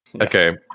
okay